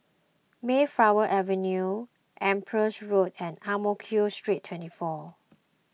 Mayflower Avenue Empress Road and Ang Mo Kio Street twenty four